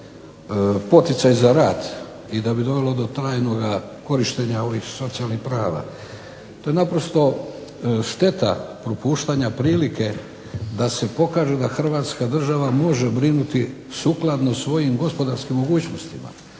poticaj za rad i da bi dovelo do trajnoga korištenja ovih socijalnih prava. To je naprosto šteta propuštanja prilike da se pokaže da Hrvatska država može brinuti sukladno svojim gospodarskim mogućnostima.